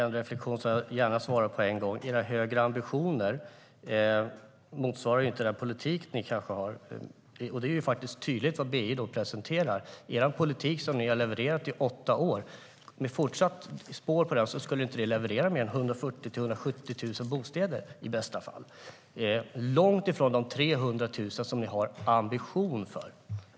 Herr talman! Jag ger gärna en reflexion på en gång. Era högre ambitioner motsvaras inte av den politik ni kanske har, Mats Green. Det är faktiskt tydligt i vad BI presenterar. En fortsättning av den politik ni har levererat i åtta år skulle inte leverera mer än i bästa fall 140 000-170 000 bostäder. Det är långt ifrån de 300 000 ni har ambition för.